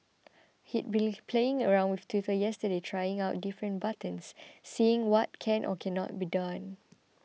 had been playing around with Twitter yesterday trying out different buttons seeing what can or cannot be done